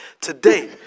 today